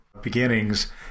beginnings